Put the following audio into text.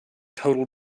total